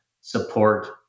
support